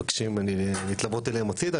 מבקשים ממני להתלוות אליהם הצידה,